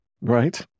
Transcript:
right